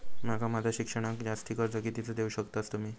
माका माझा शिक्षणाक जास्ती कर्ज कितीचा देऊ शकतास तुम्ही?